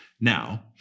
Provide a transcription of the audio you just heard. Now